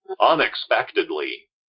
unexpectedly